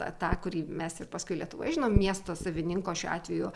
tą tą kurį mes ir paskui lietuvoj žinom miesto savininko šiuo atveju